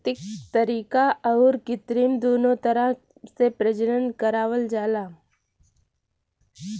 प्राकृतिक तरीका आउर कृत्रिम दूनो तरह से प्रजनन करावल जाला